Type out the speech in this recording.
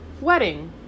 wedding